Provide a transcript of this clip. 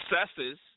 successes